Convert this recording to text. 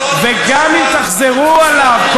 וגם אם תחזרו עליו,